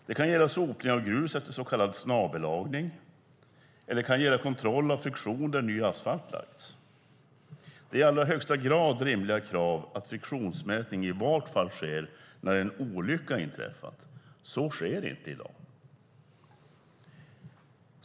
Det kan gälla sopning av grus efter så kallad snabellagning eller kontroll av friktionen där ny asfalt lagts. Det är i allra högsta grad ett rimligt krav att friktionsmätning i alla fall ska ske när en olycka inträffat. Så sker inte i dag.